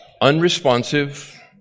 unresponsive